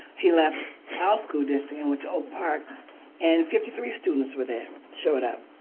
he left our school district and went to oak park and fifty three students were there, showed up.